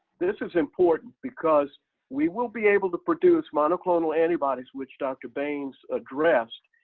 this is important because we will be able to produce monoclonal antibodies, which dr. baines addressed,